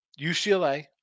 UCLA